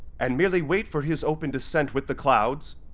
and merely wait for his open descent with the clouds,